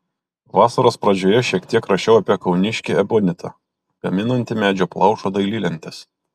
vasaros pradžioje šiek tiek rašiau apie kauniškį ebonitą gaminantį medžio plaušo dailylentes